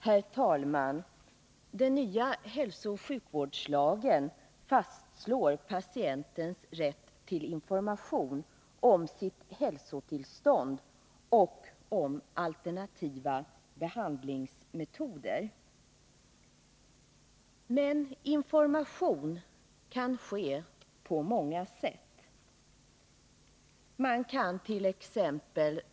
Herr talman! Den nya hälsooch sjukvårdslagen fastslår patientens rätt till information om sitt hälsotillstånd och om alternativa behandlingsmetoder. Men information kan ske på många sätt. Man kant.ex.